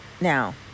now